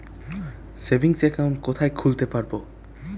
Savings account কোথায় খুলতে পারব?